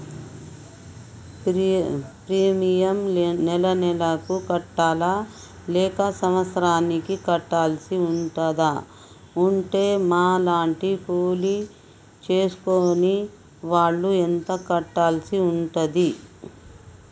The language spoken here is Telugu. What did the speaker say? ప్రీమియం నెల నెలకు కట్టాలా లేక సంవత్సరానికి కట్టాల్సి ఉంటదా? ఉంటే మా లాంటి కూలి చేసుకునే వాళ్లు ఎంత కట్టాల్సి ఉంటది?